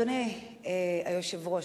אדוני היושב-ראש,